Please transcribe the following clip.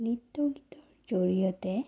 নৃত্য গীতৰ জৰিয়তে